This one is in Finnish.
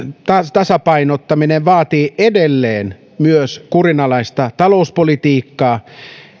tasapainottaminen vaatii edelleen myös kurinalaista talouspolitiikkaa